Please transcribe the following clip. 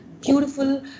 beautiful